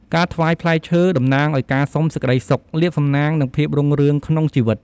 ការថ្វាយផ្លែឈើតំណាងឱ្យការសុំសេចក្តីសុខ លាភសំណាង និងភាពរុងរឿងក្នុងជីវិត។